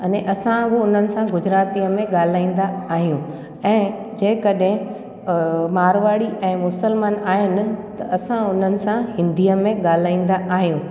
अने असां बि उन्हनि सां गुजराती में ॻाल्हाईंदा आहियूं ऐं जेकॾहिं अ मारवाड़ी ऐं मुसलमान आहिनि त असां उन्हनि सां हिंदीअ में ॻाल्हाईंदा आहियूं